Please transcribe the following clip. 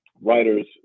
writers